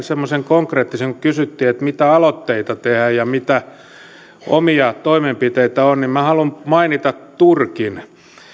semmoisen konkreettisen asian kun kysyttiin mitä aloitteita tehdään ja mitä omia toimenpiteitä on minä haluan mainita turkin